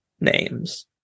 names